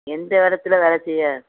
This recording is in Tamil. எந்த இடத்துல வேலை செய்ய